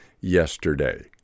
yesterday